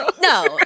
no